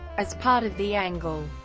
as part of the angle,